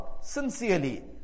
sincerely